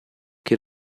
che